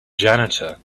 janitor